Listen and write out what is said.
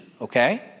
Okay